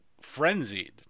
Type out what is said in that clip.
frenzied